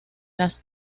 las